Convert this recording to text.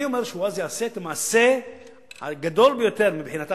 אני אומר שהוא יעשה אז את המעשה הגדול ביותר מבחינתה